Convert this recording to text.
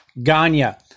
Ganya